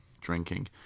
drinking